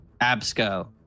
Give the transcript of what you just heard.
absco